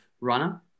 runner